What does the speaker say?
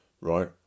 right